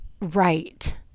right